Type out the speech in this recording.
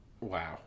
Wow